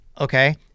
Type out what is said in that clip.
okay